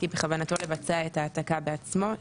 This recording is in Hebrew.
כי בכוונתו לבצע את ההעתקה בעצמו,